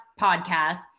podcast